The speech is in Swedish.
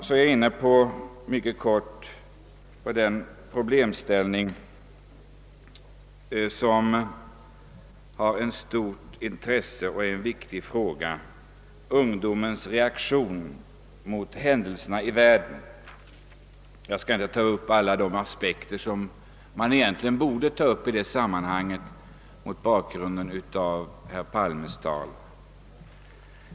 Jag skall sedan mycket kortfattat beröra ett stort och viktigt problemkomplex: ungdomens reaktion på händelserna i världen. Jag skall inte ta upp alla aspekter som borde tas upp i detta sammanhang mot bakgrunden av herr Palmes tal.